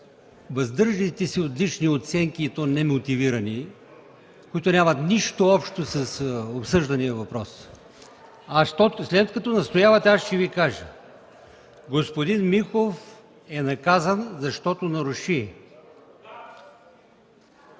въздържате от лични оценки, и то немотивирани, които нямат нищо общо с обсъждания въпрос. След като настоявате, ще Ви кажа: господин Михов е наказан, защото наруши